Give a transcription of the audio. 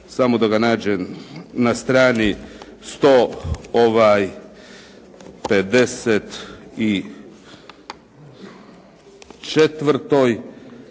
samo da ga nađem, na strani 154.